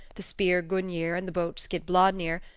the spear gungnir and the boat skidbladnir,